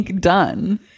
done